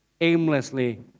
aimlessly